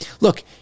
Look